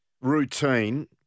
routine